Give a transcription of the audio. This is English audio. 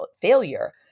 Failure